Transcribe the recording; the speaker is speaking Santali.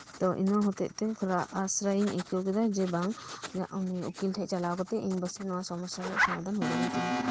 ᱛᱚ ᱤᱱᱟᱹ ᱦᱚᱛᱮᱡ ᱛᱮ ᱛᱷᱚᱲᱟ ᱟᱥᱨᱟᱭᱤᱧ ᱟᱹᱭᱠᱟᱹᱣ ᱠᱮᱫᱟ ᱡᱮ ᱵᱟᱝ ᱱᱩᱭ ᱩᱠᱤᱞ ᱴᱷᱮᱱ ᱪᱟᱞᱟᱣ ᱠᱟᱛᱮ ᱱᱚᱶᱟ ᱥᱚᱢᱚᱥᱥᱟ ᱨᱮᱭᱟᱜ ᱥᱚᱢᱟᱫᱷᱟᱱ ᱦᱳᱭ ᱫᱟᱲᱮᱭᱟᱛᱤᱧᱟ